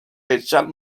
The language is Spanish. echar